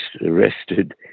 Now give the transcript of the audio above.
arrested